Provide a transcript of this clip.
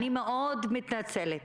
אני מאוד מתנצלת,